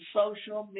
social